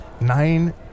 nine